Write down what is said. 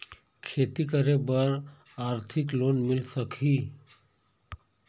खेती करे बर आरथिक लोन मिल सकही?